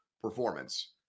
performance